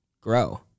grow